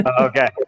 Okay